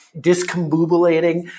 discombobulating